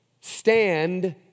Stand